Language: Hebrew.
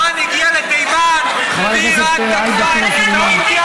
כשאיראן הגיעה לתימן, ואיראן תקפה בסעודיה,